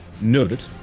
Noted